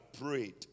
prayed